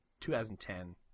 2010